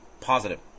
positive